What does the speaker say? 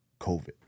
COVID